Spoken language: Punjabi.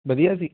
ਵਧੀਆ ਸੀ